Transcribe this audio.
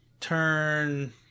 turn